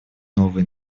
новые